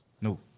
No